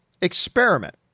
experiment